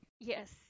Yes